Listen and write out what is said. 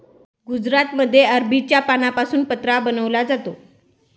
गुजरातमध्ये अरबीच्या पानांपासून पत्रा बनवला जातो